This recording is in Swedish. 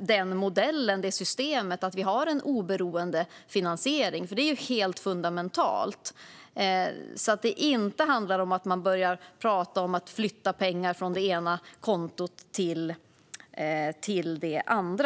den modellen och det systemet, som går ut på att vi har en oberoende finansiering, för det är helt fundamentalt. Det får inte bli så att man börjar tala om att flytta pengar från det ena kontot till det andra.